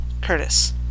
Curtis